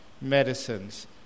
medicines